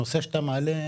הנושא שאתה מעלה,